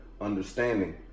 Understanding